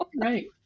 right